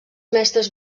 mestres